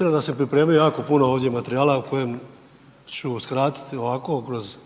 razumije./... pripremio jako puno ovdje materijala o kojem ću skratiti ovako kroz